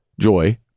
joy